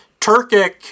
Turkic